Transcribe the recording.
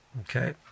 Okay